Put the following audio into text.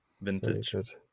vintage